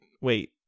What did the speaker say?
wait